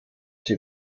sie